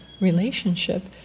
relationship